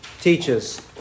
teaches